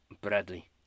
Bradley